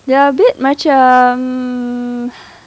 they are a bit macam